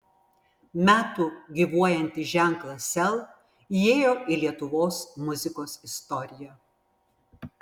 metų gyvuojantis ženklas sel įėjo į lietuvos muzikos istoriją